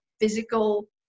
physical